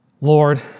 Lord